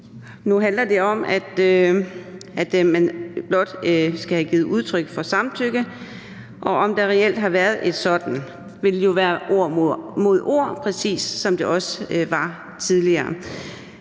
Nu handler det om, at man blot skal have givet udtryk for samtykke, og om der reelt har været et sådant, vil jo være ord mod ord, præcis som det også var tidligere.